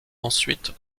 ensuite